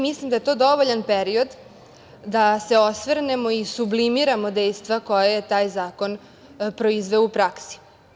Mislim da je to dovoljan period da se osvrnemo i sublimiramo dejstva koja je taj zakon proizveo u praksi.